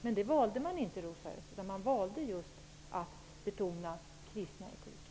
Men det gjorde man inte, Rosa Östh, utan valde att betona just den kristna etiken.